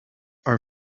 are